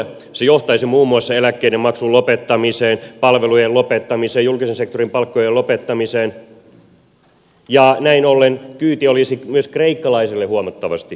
se johtaisi muun muassa eläkkeiden maksun lopettamiseen palvelujen lopettamiseen julkisen sektorin palkkojen lopettamiseen ja näin ollen kyyti olisi myös kreikkalaisille huomattavasi kovempaa